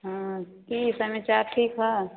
हँ कि समाचार ठीक हइ